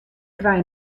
krij